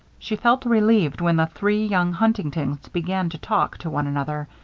she felt relieved when the three young huntingtons began to talk to one another.